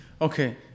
Okay